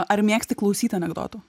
ar mėgsti klausyti anekdotų